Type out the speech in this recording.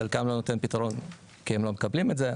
חלקם לא נותן פתרון כי הם לא מקבלים את זה,